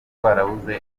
twarabuze